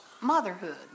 motherhood